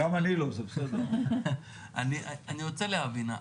אני רוצה להבין,